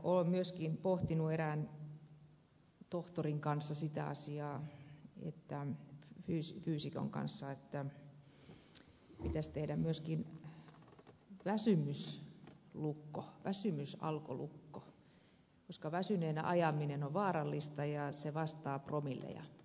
olen myöskin pohtinut erään tohtorin fyysikon kanssa sitä asiaa että pitäisi tehdä myöskin väsymyslukko väsymysalkolukko koska väsyneenä ajaminen on vaarallista ja se vastaa promilleja